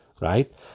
right